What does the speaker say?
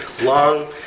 long